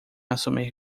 assumir